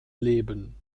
leben